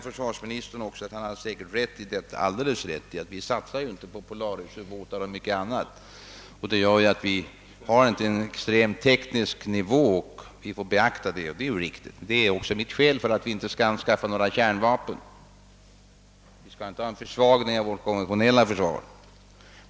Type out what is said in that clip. Försvarsministern har alldeles rätt i att vårt försvar, eftersom vi inte satsar på polarisubåtar och liknande, inte står på en extremt hög teknisk nivå och att vi måste beakta detta. Det är också mitt skäl för att vi inte skall anskaffa några kärnvapen. Vi skall inte försvaga vårt konventionella försvar.